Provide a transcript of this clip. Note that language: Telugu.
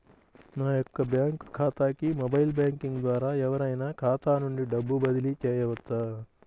నా యొక్క బ్యాంక్ ఖాతాకి మొబైల్ బ్యాంకింగ్ ద్వారా ఎవరైనా ఖాతా నుండి డబ్బు బదిలీ చేయవచ్చా?